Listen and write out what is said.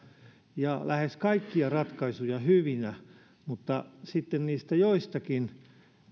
ja lähes kaikkia ratkaisuja hyvinä mutta sitten niistä joistakin